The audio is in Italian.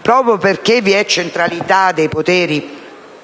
Proprio perché vi dovrebbe essere